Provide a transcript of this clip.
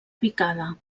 picada